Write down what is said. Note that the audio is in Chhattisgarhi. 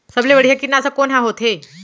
सबले बढ़िया कीटनाशक कोन ह होथे?